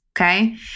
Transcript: Okay